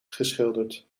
geschilderd